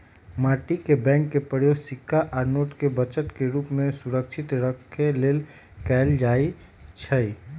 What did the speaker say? माटी के बैंक के प्रयोग सिक्का आ नोट के बचत के रूप में सुरक्षित रखे लेल कएल जाइ छइ